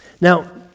Now